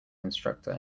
instructor